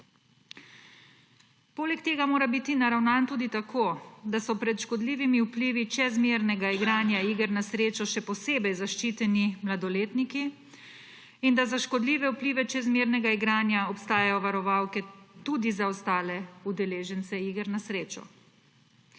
Poleg tega mora biti naravnan tudi tako, da so pred škodljivimi vplivi čezmernega igranja iger na srečo še posebej zaščiteni mladoletniki in da za škodljive vplive čezmernega igranja obstajajo varovalke tudi za ostale udeležence iger na srečo.